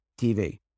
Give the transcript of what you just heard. TV